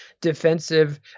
defensive